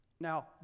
now